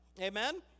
Amen